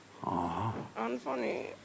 Unfunny